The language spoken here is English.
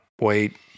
Wait